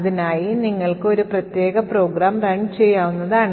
അതിനായി നിങ്ങൾക്ക് ഒരു പ്രത്യേക പ്രോഗ്രാം run ചെയ്യാവുന്നതാണ്